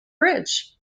bridge